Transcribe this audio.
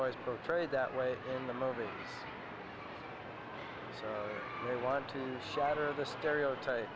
always portrayed that way in the movies they want to shout or the stereotype